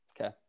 Okay